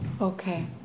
Okay